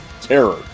Terror